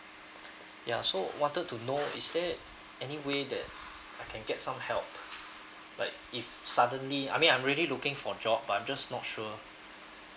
ya so wanted to know is there any way that I can get some help like if suddenly I mean I'm already looking for a job but I'm just not sure